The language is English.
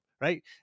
Right